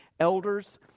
Elders